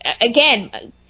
again